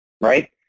right